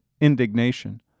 indignation